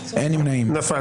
אושרה נפל.